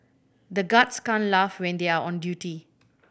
the guards can't laugh when they are on duty